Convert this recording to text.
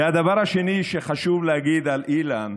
הדבר השני שחשוב להגיד על אילן,